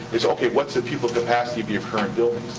is okay, what's the people capacity of your current building?